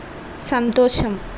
సంతోషం